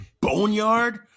Boneyard